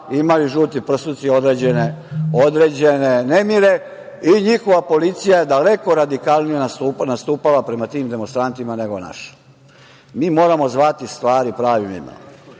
imali „žuti prsluci“ određene nemire i njihova policija je daleko radikalnija nastupala prema tim demonstrantima nego naš. Mi moramo zvati stvari pravim